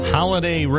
Holiday